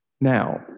Now